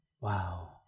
Wow